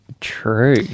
True